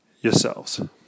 yourselves